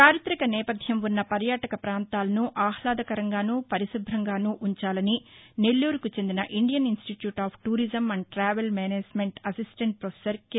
చారితక నేపధ్యం ఉన్న పర్యాటక ప్రాంతాలను ఆహ్లదకరంగాను పరిశుభ్రంగాను ఉంచాలని నెల్లూరుకు చెందిన Indian Institute of Tourism and Travel Management assistant professor K